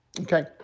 Okay